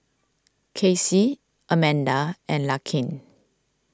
Kacy Amanda and Larkin